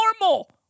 normal